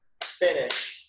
Finish